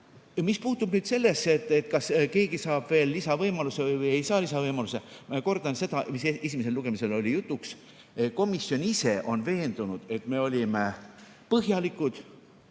Mis puutub sellesse, kas keegi saab veel lisavõimaluse või ei saa lisavõimalust, siis kordan seda, mis esimesel lugemisel jutuks oli: komisjon ise on veendunud, et me olime põhjalikud,